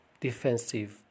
Defensive